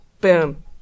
Boom